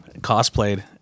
cosplayed